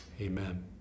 Amen